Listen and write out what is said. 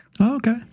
Okay